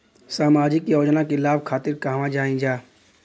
सामाजिक योजना के लाभ खातिर कहवा जाई जा?